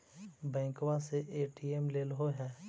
बैंकवा से ए.टी.एम लेलहो है?